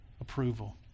approval